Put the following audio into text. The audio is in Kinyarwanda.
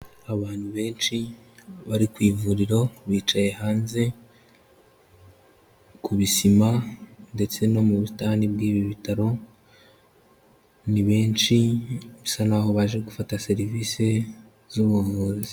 Abantu benshi bari ku ivuriro, bicaye hanze ku bisima ndetse no mu busitani bw'ib bitaro, ni benshi bisa naho baje gufata serivise z'ubuvuzi.